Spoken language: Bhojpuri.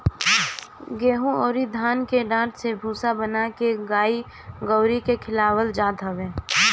गेंहू अउरी धान के डाठ से भूसा बना के गाई गोरु के खियावल जात हवे